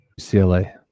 UCLA